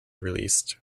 released